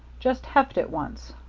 just heft it once.